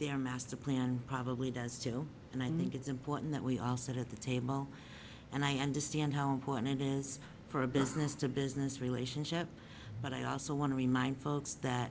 their master plan probably does too and i think it's important that we all sit at the table and i understand how important it is for a business to business relationship but i also want to remind folks that